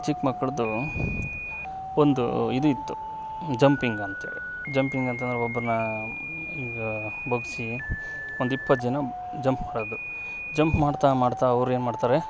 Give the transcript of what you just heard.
ಚಿಕ್ಕ ಮಕ್ಕಳದ್ದು ಒಂದು ಇದು ಇತ್ತು ಜಂಪಿಂಗ್ ಅಂತೇಳಿ ಜಂಪಿಂಗ್ ಅಂತಂದರೆ ಒಬ್ಬನ್ನ ಬಗ್ಗಿಸಿ ಒಂದು ಇಪ್ಪತ್ತು ಜನ ಜಂಪ್ ಮಾಡೋದು ಜಂಪ್ ಮಾಡ್ತಾ ಮಾಡ್ತಾ ಅವ್ರೇನು ಮಾಡ್ತಾರೆ